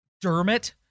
Dermot